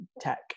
tech